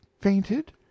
fainted